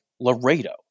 Laredo